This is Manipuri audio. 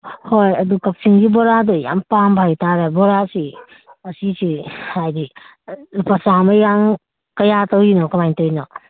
ꯍꯣꯏ ꯑꯗꯨ ꯀꯛꯆꯤꯡꯒꯤ ꯕꯣꯔꯥꯗꯤ ꯌꯥꯝ ꯄꯥꯝꯕ ꯍꯥꯏꯇꯥꯔꯦ ꯕꯣꯔꯥꯁꯤ ꯑꯁꯤꯁꯤ ꯍꯥꯏꯕꯗꯤ ꯂꯨꯄꯥ ꯆꯥꯃ ꯌꯥꯡ ꯀꯌꯥ ꯇꯧꯔꯤꯅꯣ ꯀꯃꯥꯏ ꯇꯧꯔꯤꯅꯣ